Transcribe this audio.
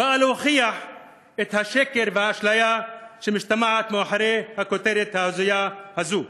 באה להוכיח את השקר והאשליה שמשתמעת מאחורי הכותרת ההזויה הזאת.